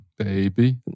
Baby